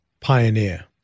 Pioneer